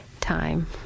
Time